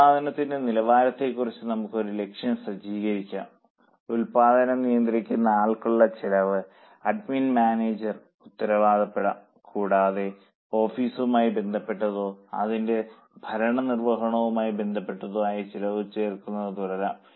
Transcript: ഉൽപ്പാദനത്തിന്റെ നിലവാരത്തിനനുസരിച്ച് നമുക്ക് ഒരു ലക്ഷ്യം സജ്ജീകരിക്കാം ഉൽപാദനം നിയന്ത്രിക്കുന്ന ആൾക്കുള്ള ചെലവിന് അഡ്മിൻ മാനേജരെ ഉത്തരവാദപ്പെടുത്താം കൂടാതെ ഓഫീസുമായി ബന്ധപ്പെട്ടതോ അതിന്റെ ഭരണനിർവഹണവുമായി ബന്ധപ്പെട്ടതോ ആയ ചിലവ് ചേർക്കുന്നത് തുടരാം